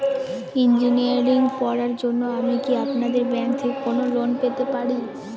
Engineering পড়ার জন্য আমি কি আপনাদের ব্যাঙ্ক থেকে কোন লোন পেতে পারি?